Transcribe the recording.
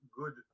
good